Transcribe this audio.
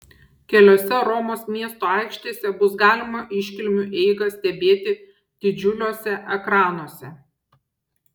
keliose romos miesto aikštėse bus galima iškilmių eigą stebėti didžiuliuose ekranuose